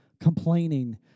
complaining